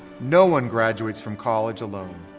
no one graduates from college alone.